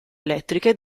elettriche